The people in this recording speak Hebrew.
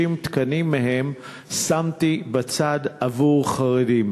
ו-30 תקנים מהם שמתי בצד עבור חרדים.